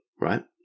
right